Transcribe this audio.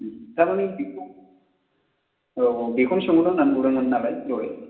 थारमानि बिखौ औ औ बेखौनो सोंहरनो होननानै बुंदोंमोन नालाय दहाय